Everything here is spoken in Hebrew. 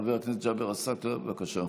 חבר הכנסת ג'אבר עסאקלה, בבקשה.